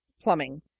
plumbing